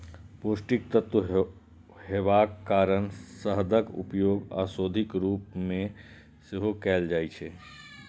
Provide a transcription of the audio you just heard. पौष्टिक तत्व हेबाक कारण शहदक उपयोग औषधिक रूप मे सेहो कैल जाइ छै